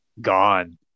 gone